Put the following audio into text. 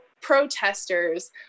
protesters